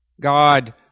God